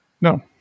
No